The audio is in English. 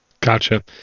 Gotcha